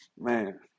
man